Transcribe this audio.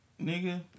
Nigga